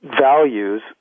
values